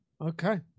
Okay